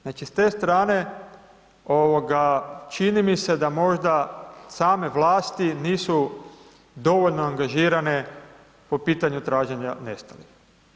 Znači, s te strane čini mi se da možda same vlasti nisu dovoljno angažirane po pitanju traženja nestalih.